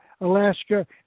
Alaska